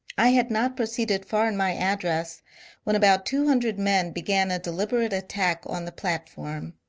i had not pro ceeded far in my address when about two hundred men began a deliberate attack on the platform.